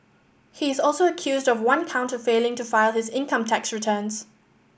he is also accused of one count of failing to file his income tax returns